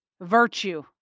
virtue